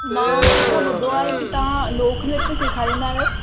मां किथां ॿुधो आहे की तव्हां लोकनृत्य सेखारींदा आहियो